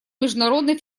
международной